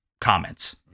comments